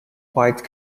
quite